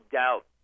doubt